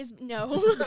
No